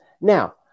Now